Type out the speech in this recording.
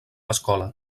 escola